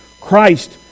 Christ